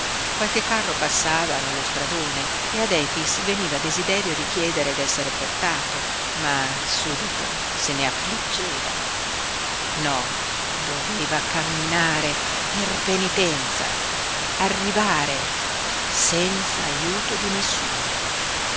qualche carro passava nello stradone e ad efix veniva desiderio di chiedere d'essere portato ma subito se ne affliggeva no doveva camminare per penitenza arrivare senza aiuto di nessuno